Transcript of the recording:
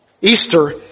Easter